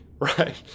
right